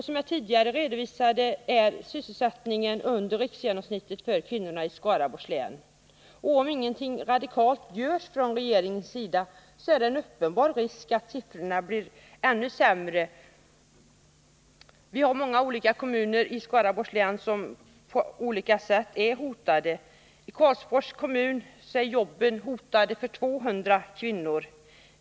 Som jag tidigare har redovisat ligger sysselsättningen för kvinnorna i Skaraborgs län under riksgenomsnittet. Om regeringen inte gör någonting radikalt finns det en uppenbar risk för att siffrorna blir ännu sämre. Många kommuner i Skaraborgs län är på olika sätt hotade. I Karlsborgs kommun hotas jobben för 200 kvinnor.